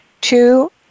two